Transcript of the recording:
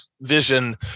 vision